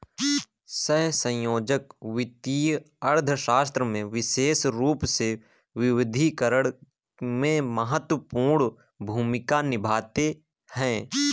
सहसंयोजक वित्तीय अर्थशास्त्र में विशेष रूप से विविधीकरण में महत्वपूर्ण भूमिका निभाते हैं